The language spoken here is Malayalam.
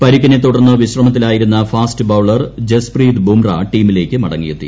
പരിക്കിനെ തുടർന്ന് വിശ്രമത്തിലായിരുന്ന ഫാസ്റ്റ് ബൌളർ പ്രജസ്പ്രീത് ബുംറ ടീമിലേക്ക് മടങ്ങിയെത്തി